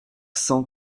cent